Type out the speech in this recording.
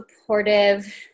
supportive